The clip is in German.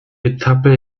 gezappel